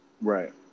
Right